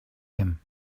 him